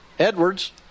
Edwards